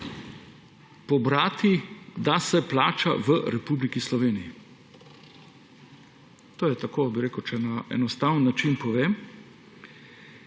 pobrati, da se plača v Republiki Sloveniji.To je tako, če na enostaven način povem.